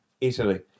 Italy